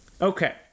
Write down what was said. Okay